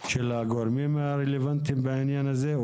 של הגורמים הרלוונטיים בעניין הזה.